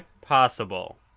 possible